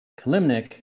Kalimnik